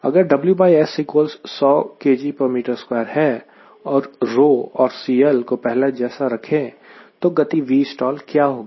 अगर WS 100 kgm2 है और और CLको पहले जैसा रखें तो गति Vstall क्या होगी